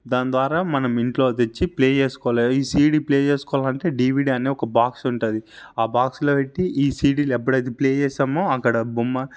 దాని ద్వారా మనం ఇంట్లో తెచ్చి ప్లే చేసుకోవాలి ఈ సీడీ ప్లే చేసుకోవాలి అంటే డివిడి అనే బాక్స్ ఉంటుంది ఆ బాక్స్లో పెట్టి ఈ సీడీలు ఎప్పుడైతే ప్లే చేస్తామో అక్కడ బొమ్మ